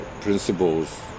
principles